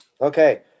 Okay